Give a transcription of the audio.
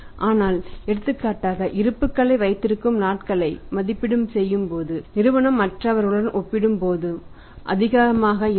ஆனால் எடுத்துக்காட்டாக இருப்புக்களை வைத்திருக்கும் நாட்களை மதிப்பீடு செய்யும் நிறுவனம் மற்றவர்களுடன் ஒப்பிடும்போது அதிகமாக இருக்கும்